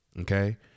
Okay